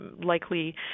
likely